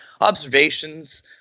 observations